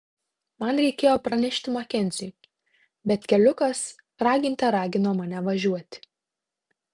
man reikėjo pranešti makenziui bet keliukas raginte ragino mane važiuoti